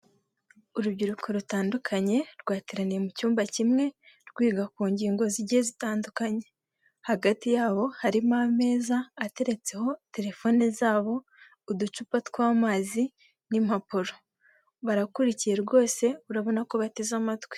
Urubyiruko rutandukanye rwateraniye mu cyumba kimwe rwiga ku ngingo zigiye zitandukanye hagati yabo harimo ameza ateretseho terefone zabo ,uducupa tw'amazi n'impapuro barakurikiye rwose urabona ko bateze amatwi.